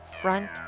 front